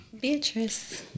Beatrice